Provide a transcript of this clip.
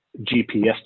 GPS